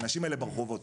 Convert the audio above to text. האנשים האלה ברחובות.